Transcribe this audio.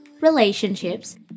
relationships